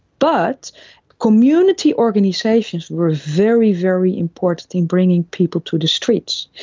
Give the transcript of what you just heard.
but community organisations were very, very important in bringing people to the streets.